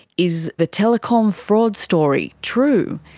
is the telecom fraud story true?